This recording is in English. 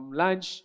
lunch